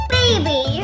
baby